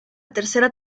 tercera